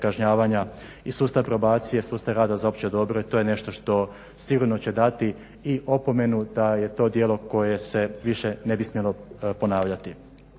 i sustav probacije i sustav rada za opće dobro to je nešto što će sigurno dati i opomenu da je to djelo koje se više ne bi smjelo ponavljati.